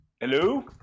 Hello